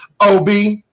OB